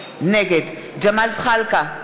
נגד ג'מאל זחאלקה,